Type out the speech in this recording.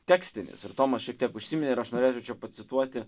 tekstinis ir tomas šiek tiek užsiminė ir aš norėčiau čia pacituoti